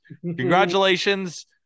Congratulations